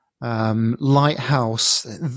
lighthouse